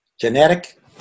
genetic